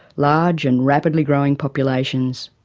large and rapidly growing populations,